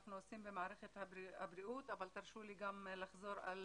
אנחנו עוסקים במערכת הבריאות אבל תרשו לי גם לחזור על